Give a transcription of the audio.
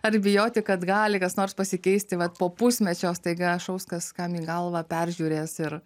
ar bijoti kad gali kas nors pasikeisti vat po pusmečio staiga šaus kas kam į galvą peržiūrės ir